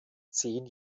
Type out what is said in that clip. zehn